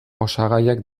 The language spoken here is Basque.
osagaiak